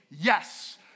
yes